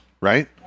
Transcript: right